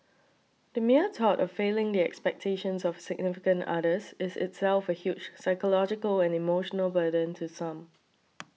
the mere thought of failing the expectations of significant others is itself a huge psychological and emotional burden to some